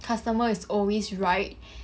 customer is always right